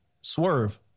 Swerve